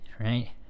right